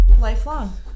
lifelong